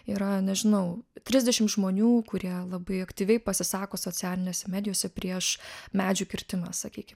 yra nežinau trisdešim žmonių kurie labai aktyviai pasisako socialinėse medijose prieš medžių kirtimą sakykim